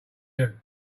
you